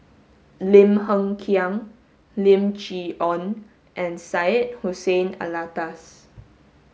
Lim Hng Kiang Lim Chee Onn and Syed Hussein Alatas